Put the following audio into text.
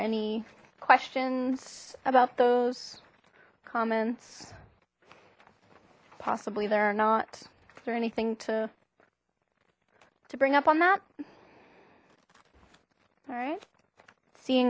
any questions about those comments possibly there or not is there anything to to bring up on that all right see